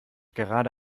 gerade